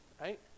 Right